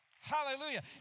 Hallelujah